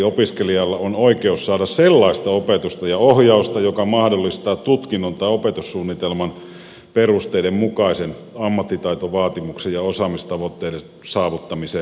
opiskelijalla on oikeus saada sellaista opetusta ja ohjausta joka mahdollistaa tutkinnon tai opetussuunnitelman perusteiden mukaisen ammattitaitovaatimusten ja osaamistavoitteiden saavuttamisen